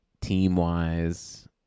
team-wise